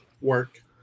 Work